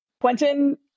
Quentin